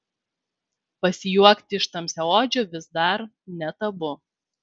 pasijuokti iš tamsiaodžio vis dar ne tabu